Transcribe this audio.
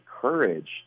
courage